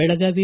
Belagavi